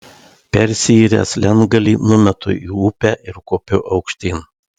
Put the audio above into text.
persiyręs lentgalį numetu į upę ir kopiu aukštyn